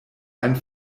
einen